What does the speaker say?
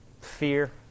fear